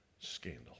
scandal